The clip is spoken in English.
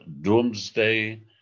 doomsday